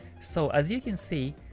so as you can see,